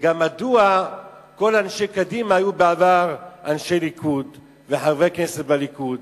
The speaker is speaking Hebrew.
וגם מדוע כל אנשי קדימה היו בעבר אנשי ליכוד וחברי כנסת בליכוד